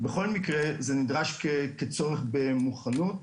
בכל מקרה, זה נדרש כצורך במוכנות,